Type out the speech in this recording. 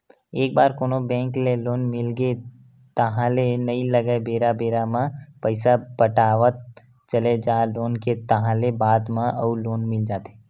एक बार कोनो बेंक ले लोन मिलगे ताहले नइ लगय बेरा बेरा म पइसा पटावत चले जा लोन के ताहले बाद म अउ लोन मिल जाथे